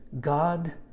God